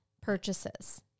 purchases